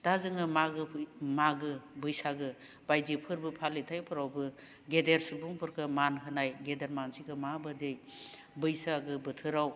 दा जोङो मागो बैसागो बायदि फोरबो फालिथायफोरावबो गेदेर सुबुंफोरखौ मान होनाय गेदेर मानसिखौ माबोरै बैसागो बोथोराव